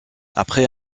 après